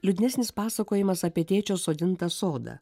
liūdnesnis pasakojimas apie tėčio sodintą sodą